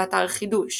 באתר חידוש,